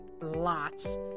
lots